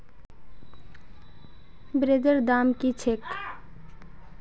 ब्रेदेर दाम की छेक